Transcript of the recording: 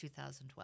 2012